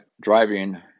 driving